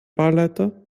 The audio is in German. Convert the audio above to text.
wahlleiter